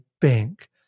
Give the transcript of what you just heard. bank